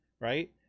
right